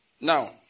Now